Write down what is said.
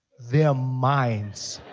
their minds.